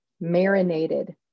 marinated